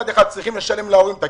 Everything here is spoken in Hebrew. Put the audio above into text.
יש לי את זה כאן.